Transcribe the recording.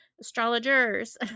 astrologers